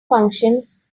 functions